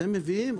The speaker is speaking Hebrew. שהם מביאים.